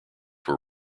were